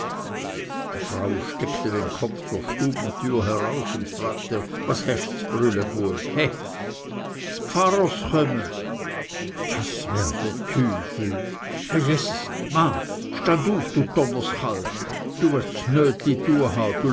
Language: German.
die frau streckte den kopf zur stubentüre heraus und fragte was hesch z'brüele bueb he ds pfarrers chöme das wär dr tüfel herr jeses ma stang uf du donners chalb du